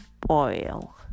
boil